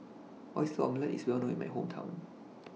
Oyster Omelette IS Well known in My Hometown